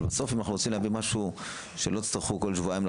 אבל בסוף אם אנחנו רוצים להביא משהו שלא תצטרכו לבוא לפה כל שבועיים.